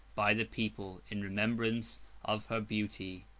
by the people, in remembrance of her beauty.